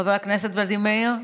חבר הכנסת ולדימיר,